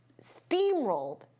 steamrolled